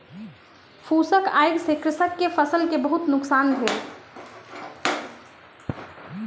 फूसक आइग से कृषक के फसिल के बहुत नुकसान भेल